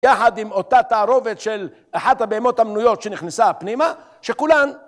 יחד עם אותה תערובת של אחת הבהמות המנויות שנכנסה הפנימה, שכולן